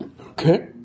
okay